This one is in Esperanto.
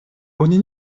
oni